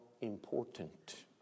important